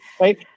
right